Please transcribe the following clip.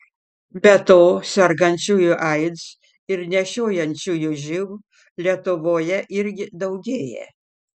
be to sergančiųjų aids ir nešiojančiųjų živ lietuvoje irgi daugėja